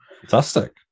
fantastic